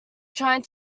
trying